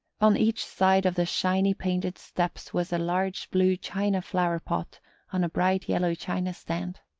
on each side of the shiny painted steps was a large blue china flower-pot on a bright yellow china stand.